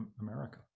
america